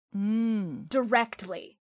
Directly